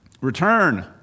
Return